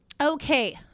Okay